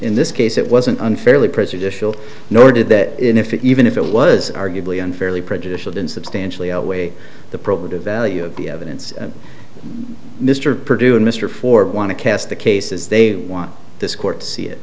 in this case it wasn't unfairly prejudicial nor did that if it even if it was arguably unfairly prejudicial didn't substantially outweigh the probative value of the evidence mr producer and mr ford want to cast the cases they want this court to see it